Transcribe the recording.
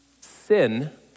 sin